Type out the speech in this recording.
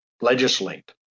legislate